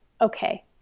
okay